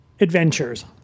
adventures